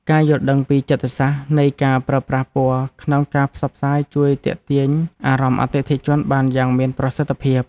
ការយល់ដឹងពីចិត្តសាស្ត្រនៃការប្រើប្រាស់ពណ៌ក្នុងការផ្សព្វផ្សាយជួយទាក់ទាញអារម្មណ៍អតិថិជនបានយ៉ាងមានប្រសិទ្ធភាព។